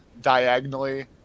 diagonally